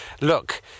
look